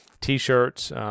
t-shirts